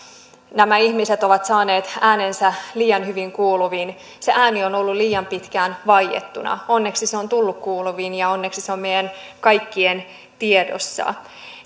nämä ihmiset ovat saaneet äänensä liian hyvin kuuluviin se ääni on ollut liian pitkään vaiettuna onneksi se on tullut kuuluviin ja onneksi se on meidän kaikkien tiedossa